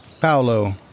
Paolo